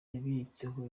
yibitseho